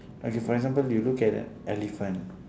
okay for example you look at elephant